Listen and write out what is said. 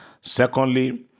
Secondly